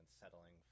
settling